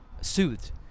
soothed